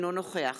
אינו נוכח